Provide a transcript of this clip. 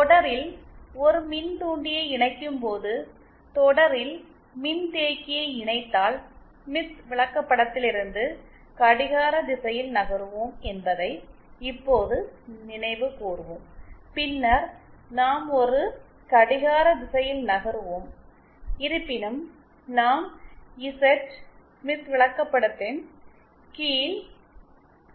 தொடரில் ஒரு மின்தூண்டியை இணைக்கும்போது தொடரில் மின்தேக்கியை இணைத்தால் ஸ்மித் விளக்கப்படத்திலிருந்து கடிகார திசையில் நகருவோம் என்பதை இப்போது நினைவு கூர்வோம் பின்னர் நாம் ஒரு கடிகார திசையில் நகருவோம் இருப்பினும் நாம் இசட் ஸ்மித் விளக்கப்படத்தின் கீழ்